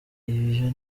ivyo